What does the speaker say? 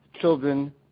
children